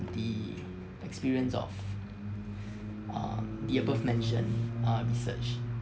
the experience of um the above mentioned uh research